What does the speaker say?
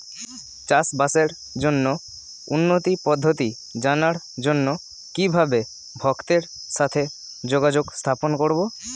চাষবাসের জন্য উন্নতি পদ্ধতি জানার জন্য কিভাবে ভক্তের সাথে যোগাযোগ স্থাপন করব?